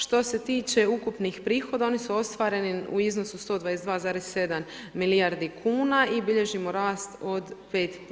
Što se tiče ukupnih prihoda, oni su ostvareni u iznosu 122,7 milijardi kuna i bilježimo rast od 5%